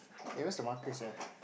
hey where's the markers here